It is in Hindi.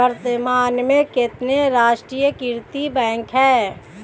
वर्तमान में कितने राष्ट्रीयकृत बैंक है?